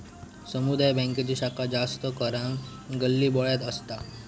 समुदाय बॅन्कांची शाखा जास्त करान गल्लीबोळ्यात असता